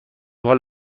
حال